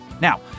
Now